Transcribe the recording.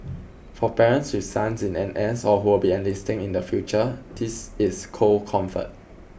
for parents with sons in N S or who will be enlisting in the future this is cold comfort